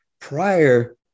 Prior